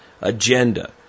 agenda